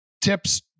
tips